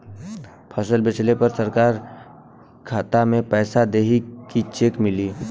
फसल बेंचले पर सरकार खाता में पैसा देही की चेक मिली?